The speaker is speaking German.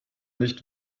nicht